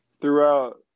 throughout